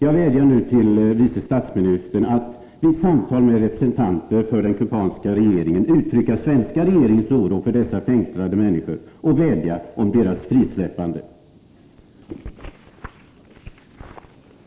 Jag vädjar nu till Vic statsministern att vid samtal med representanter för Omaktualiserande den kubanska Iegeringen uttrycka den svenska regeringens oro för dessa av vissa frågor vid fängslade människor och vädja om deras frisläppande. officiellt besök från